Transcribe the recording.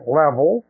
level